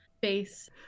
base